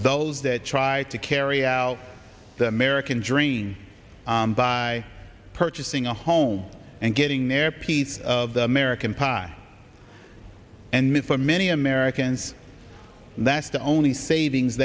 those that tried to carry out the american dream by purchasing a home and getting their piece of the american pie and move for many americans that's the only savings